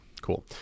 Cool